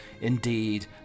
indeed